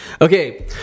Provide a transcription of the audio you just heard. Okay